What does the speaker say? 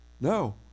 No